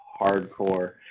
hardcore